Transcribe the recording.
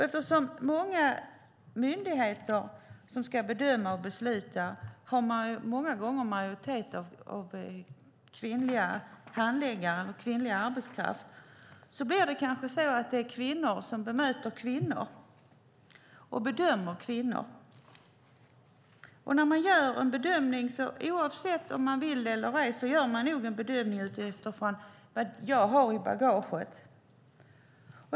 Eftersom många myndigheter som ska bedöma och besluta har en majoritet av kvinnliga handläggare eller kvinnlig arbetskraft blir det kanske så att det är kvinnor som bemöter och bedömer kvinnor. Och när man gör en bedömning, oavsett om man vill det eller ej, gör man nog en bedömning utifrån vad man har i bagaget.